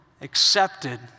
accepted